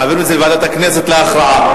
מעבירים את זה לוועדת הכנסת להכרעה.